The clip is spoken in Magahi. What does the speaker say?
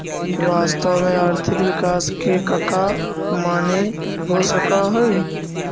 वास्तव में आर्थिक विकास के कका माने हो सकऽ हइ?